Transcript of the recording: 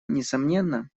несомненно